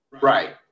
Right